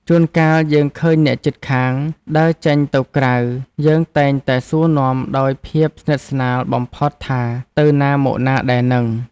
ជួនកាលយើងឃើញអ្នកជិតខាងដើរចេញទៅក្រៅ យើងតែងតែសួរនាំដោយភាពស្និទ្ធស្នាលបំផុតថាទៅណាមកណាដែរហ្នឹង។